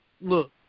look